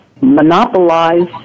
monopolize